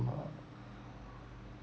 mm